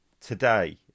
today